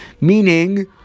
meaning